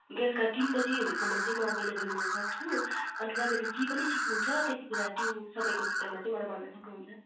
बेलुका तिन बजेहरूसम्म चाहिँ म अभइलेबल हुनसक्छु अनि त तपाईँले जे पनि सिक्नुछ त्यतिबेला त्यो समयको भित्रमा चाहिँ मलाई भन्नु सक्नुहुन्छ